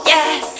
Yes